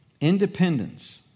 independence